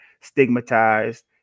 stigmatized